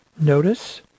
notice